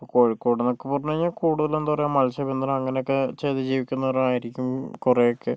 ഇപ്പൊൾ കോഴിക്കോടെന്നൊക്കെ പറഞ്ഞ് കഴിഞ്ഞാൽ കൂടുതലും എന്താ പറയുക മത്സ്യബന്ധനം അങ്ങനൊക്കെ ചെയ്ത് ജീവിക്കുന്നവരായിരിക്കും കുറെയൊക്കെ